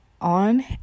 on